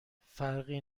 فرقی